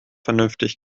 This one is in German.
vernünftig